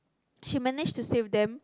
she managed to save them